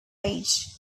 age